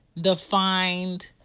defined